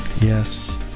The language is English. Yes